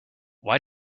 why